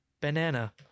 banana